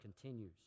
continues